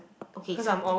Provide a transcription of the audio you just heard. okay Satur~